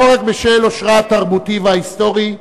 לא רק בשל עושרה התרבותי וההיסטורי,